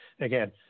again